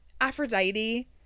aphrodite